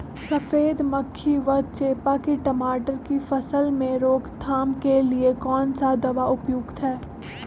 सफेद मक्खी व चेपा की टमाटर की फसल में रोकथाम के लिए कौन सा दवा उपयुक्त है?